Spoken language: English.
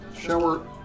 Shower